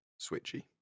switchy